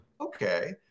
Okay